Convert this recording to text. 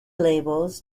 labels